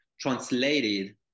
translated